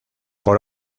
por